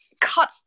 cut